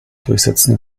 durchsetzen